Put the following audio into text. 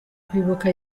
kwibuka